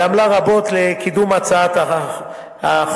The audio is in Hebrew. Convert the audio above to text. ועמלה רבות לקידום הצעת החוק.